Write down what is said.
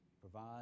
provide